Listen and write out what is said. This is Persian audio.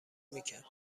میکرد